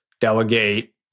delegate